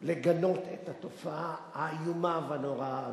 לגנות את התופעה האיומה והנוראה הזאת.